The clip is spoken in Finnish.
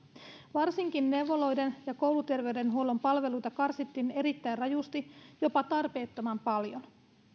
varsinkin neuvoloiden ja kouluterveydenhuollon palveluita karsittiin erittäin rajusti jopa tarpeettoman paljon